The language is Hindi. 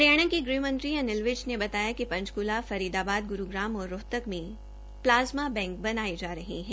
हरियाणा के गृह मंत्री अनिल विज ने बताया कि पंचकूला फरीदाबाद गुरूग्राम और रोहतक में प्लाजमा बैंक बनाये जा रहे हैं